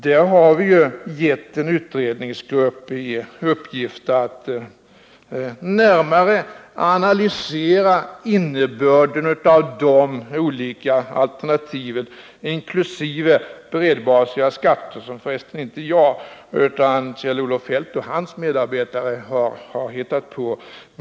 Vi har givit en utredningsgrupp i uppgift att närmare analysera innebörden av olika alternativ — inkl. bredbasiga skatter, som förresten inte jag utan Kjell-Olof Feldt och hans medarbetare har hittat på.